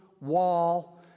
wall